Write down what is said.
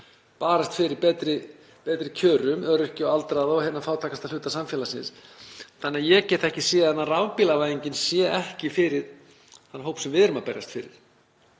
barist fyrir betri kjörum öryrkja og aldraðra og fátækasta hluta samfélagsins. Ég get ekki séð annað en að rafbílavæðingin sé ekki fyrir þann hóp sem við erum að berjast fyrir.